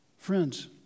Friends